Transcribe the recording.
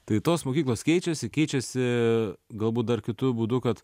tai tos mokyklos keičiasi keičiasi galbūt dar kitu būdu kad